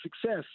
success